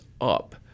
up